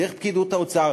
דרך פקידות האוצר,